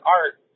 art